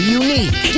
unique